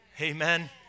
Amen